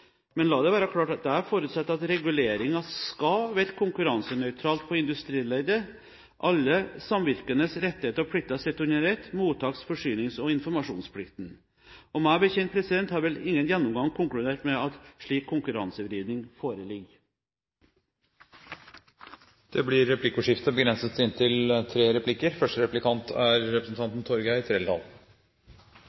men la det være klart at jeg forutsetter at reguleringen skal virke konkurransenøytralt på industrileddet, alle samvirkenes rettigheter og plikter sett under ett, mottaks-, forsynings- og informasjonsplikten. Meg bekjent har ingen gjennomgang konkludert med at slik konkurransevridning foreligger. Det blir replikkordskifte.